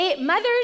mothers